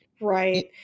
Right